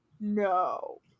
no